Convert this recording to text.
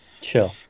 Chill